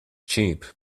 cheap